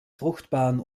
fruchtbaren